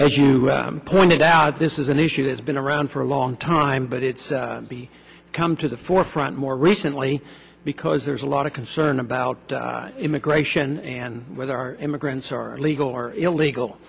as you pointed out this is an issue that's been around for a long time but it's come to the forefront more recently because there's a lot of concern about immigration and where there are immigrants are legal or illegal